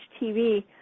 TV